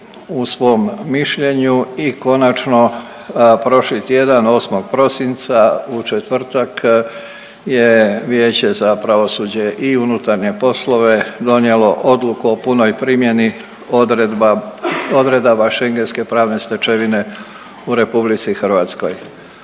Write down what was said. u svom mišljenju i konačno prošli tjedan 8. prosinca u četvrtak je vijeće za pravosuđe i unutarnje poslove donijelo odluku o punoj primjeni odredba, odredaba schengenske pravne stečevine u RH. Dakle